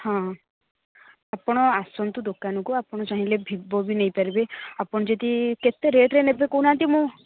ହଁ ଆପଣ ଆସନ୍ତୁ ଦୋକାନକୁ ଆପଣ ଚାହିଁଲେ ଭିବୋ ବି ନେଇପାରିବେ ଆପଣ ଯଦି କେତେ ରେଟରେ ନେବେ କହୁ ନାହାଁନ୍ତି ମୁଁ